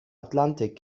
atlantik